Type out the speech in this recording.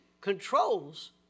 controls